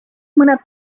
mõned